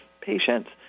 patients